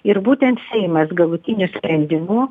ir būtent seimas galutiniu sprendimu